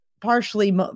partially